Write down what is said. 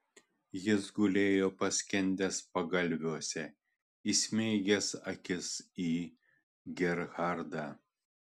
jis gulėjo paskendęs pagalviuose įsmeigęs akis į gerhardą